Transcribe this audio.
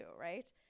right